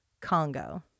Congo